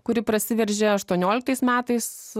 kuri prasiveržė aštuonioliktais metais